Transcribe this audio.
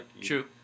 true